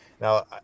Now